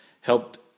helped